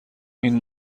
این